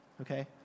Okay